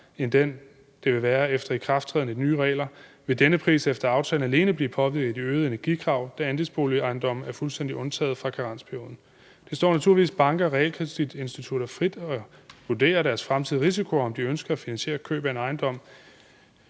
end den vil være efter ikrafttrædelsen af de nye regler, vil denne pris efter aftalen alene blive påvirket af de øgede energikrav, da andelsboligejendomme er fuldstændig undtaget fra karensperioden. Det står naturligvis banker og realkreditinstitutter frit for at vurdere deres fremtidige risiko, og om de ønsker at finansiere køb af en ejendom.